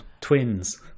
twins